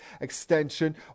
extension